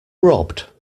robbed